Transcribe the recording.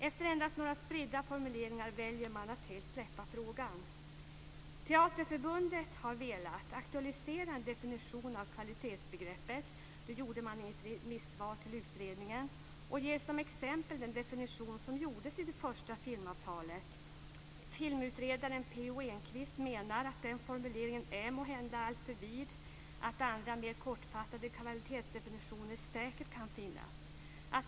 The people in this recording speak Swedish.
Efter endast några spridda formuleringar väljer man att helt släppa frågan. Teaterförbundet har velat aktualisera en definition av kvalitetsbegreppet. Det gjordes i ett remissvar till utredningen. Som exempel ger man den definition som gjordes i det första filmavtalet. Filmutredaren P O Enquist menar att den formuleringen måhända är alltför vid, och att andra, mer kortfattade, kvalitetsdefinitioner säkert kan finnas.